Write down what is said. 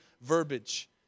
verbiage